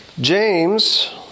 James